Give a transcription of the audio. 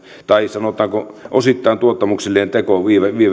tai sanotaanko osittain tuottamuksellinen teko